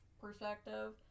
perspective